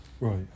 Right